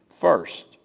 first